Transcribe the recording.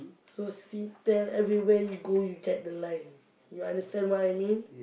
so Singtel everywhere you go you get the line you understand what I mean